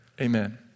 amen